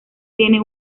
tiene